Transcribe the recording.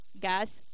guy's